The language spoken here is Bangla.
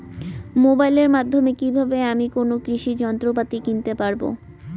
মোবাইলের মাধ্যমে কীভাবে আমি কোনো কৃষি যন্ত্রপাতি কিনতে পারবো?